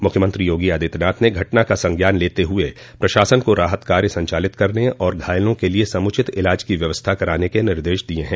मुख्यमंत्री योगी आदित्यनाथ ने घटना का संज्ञान लेते हुए प्रशासन को राहत कार्य संचालित करने और घायलों के लिए समुचित इलाज की व्यवस्था कराने के निर्देश दिये हैं